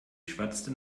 schwatzte